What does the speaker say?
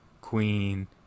Queen